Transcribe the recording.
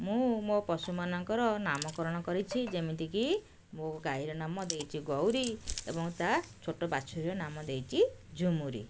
ମୁଁ ମୋ ପଶୁମାନଙ୍କର ନାମକରଣ କରିଛି ଯେମିତିକି ମୋ ଗାଈର ନାମ ଦେଇଛି ଗଉରୀ ଏବଂ ତା' ଛୋଟ ବାଛୁରୀର ନାମ ଦେଇଛି ଝୁମୁରୀ